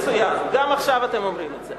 מצוין, גם עכשיו אתם אומרים את זה.